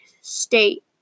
state